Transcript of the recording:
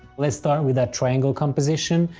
let's start with that triangle composition!